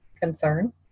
concern